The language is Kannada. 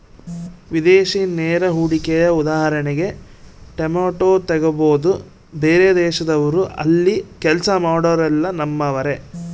ವಿದೇಶಿ ನೇರ ಹೂಡಿಕೆಯ ಉದಾಹರಣೆಗೆ ಟೊಯೋಟಾ ತೆಗಬೊದು, ಬೇರೆದೇಶದವ್ರು ಅಲ್ಲಿ ಕೆಲ್ಸ ಮಾಡೊರೆಲ್ಲ ನಮ್ಮರೇ